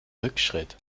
rückschritt